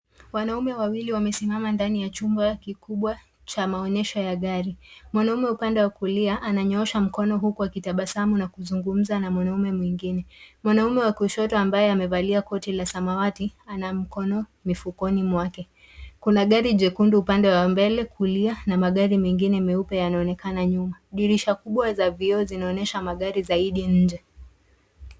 Wanaume wawili wamesimama ndani ya chumba kikubwa cha maonyesho ya gari. Mwanaume wa upande wa kulia ananyoosha mkono huku akitabasamu na kuzungumza na mwanaume mwingine . Mwanaume wa kushoto ambaye amevalia koti la samawati ana mkono mifukoni mwake. Kuna gari jekundu upande wa mbele kulia na magari mengine meupe yanaonekana nyuma. Dirisha kubwa za vioo zinaonyesha magari zaidi nje.